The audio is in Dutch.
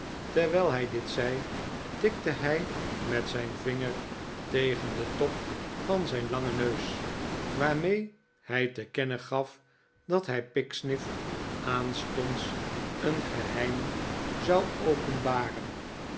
terwijl hij dit zei tikte hij met zijn vinger tegen den top van zijn langen neus waarmee hij te kennen gaf dat hij pecksniff aanstonds een geheim zou openbaren